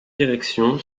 direction